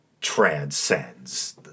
transcends